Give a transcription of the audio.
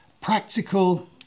practical